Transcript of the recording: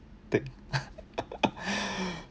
take